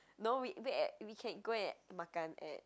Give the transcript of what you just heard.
no we wait at we can go and makan at